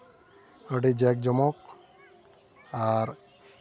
ᱟᱹᱰᱤ ᱡᱟᱠ ᱡᱚᱢᱚᱠ ᱟᱨ